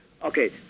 Okay